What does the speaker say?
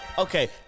Okay